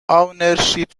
ownership